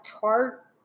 tart